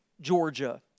Georgia